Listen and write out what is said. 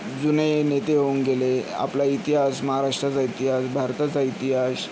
जुने नेते होऊन गेले आपला इतिहास महाराष्ट्राचा इतिहास भारताचा इतिहास